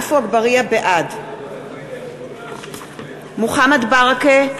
בעד מוחמד ברכה,